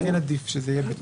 עדיף שזה יהיה בתוך הנוסח.